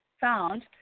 found